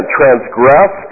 transgress